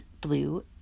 blue